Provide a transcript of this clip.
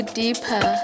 deeper